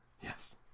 Yes